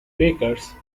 makers